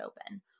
open